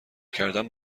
کردن